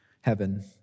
heaven